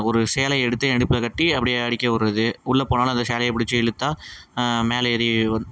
ஒரு சேலையை எடுத்து என் இடுப்பில் கட்டி அப்படியே அடிக்க விட்றது உள்ளே போனாலும் அந்த சேலையை பிடிச்சு இழுத்தா மேலே ஏறி வந்